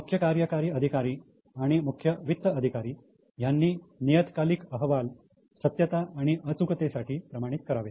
मुख्य कार्यकारी अधिकारी आणि मुख्य वित्त अधिकारी यांनी नियतकालिक अहवाल सत्यता आणि अचूकतेसाठी प्रमाणित करावे